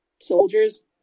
soldiers